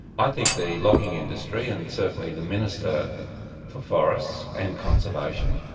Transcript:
i think the logging industry and certainly the minister for forests, and conservation,